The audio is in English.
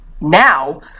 now